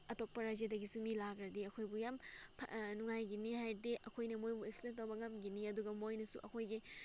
ꯑꯇꯣꯞꯄ ꯔꯥꯏꯖ꯭ꯌꯥꯗꯒꯤꯁꯨ ꯃꯤ ꯂꯥꯛꯂꯗꯤ ꯑꯩꯈꯣꯏꯕꯨ ꯌꯥꯝ ꯅꯨꯡꯉꯥꯏꯒꯅꯤ ꯍꯥꯏꯔꯗꯤ ꯑꯩꯈꯣꯏꯅ ꯃꯣꯏꯕꯨ ꯑꯦꯛꯁꯄ꯭ꯂꯦꯟ ꯇꯧꯕ ꯉꯝꯒꯅꯤ ꯑꯗꯨꯒ ꯃꯣꯏꯅꯁꯨ ꯑꯩꯈꯣꯏꯒꯤ